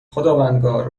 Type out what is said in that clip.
خداوندگار